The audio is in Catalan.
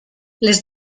les